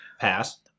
pass